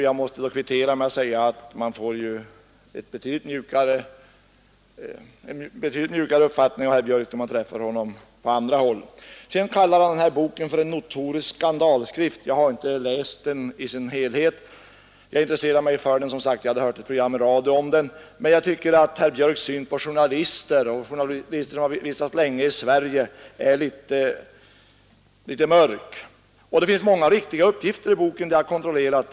Jag måste då kvittera med att säga att man får en betydligt mjukare uppfattning av herr Björk då man träffar honom på andra håll. Sedan kallar han boken som jag citerade för en notorisk skandalskrift. Jag har inte läst den i dess helhet — jag har intresserat mig för den sedan jag hört ett program i radio om den. Men jag tycker att herr Björks syn på journalister som vistats länge i Sverige är väl mörk. Det finns många riktiga uppgifter i boken — det har jag kontrollerat.